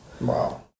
Wow